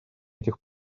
этих